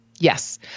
Yes